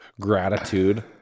gratitude